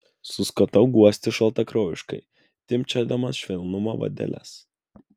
suskatau guosti šaltakraujiškai timpčiodamas švelnumo vadeles